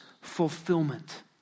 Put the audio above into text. fulfillment